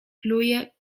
pluje